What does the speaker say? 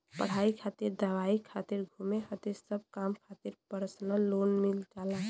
पढ़ाई खातिर दवाई खातिर घुमे खातिर सब काम खातिर परसनल लोन मिल जाला